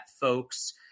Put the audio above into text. folks